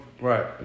Right